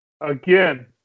Again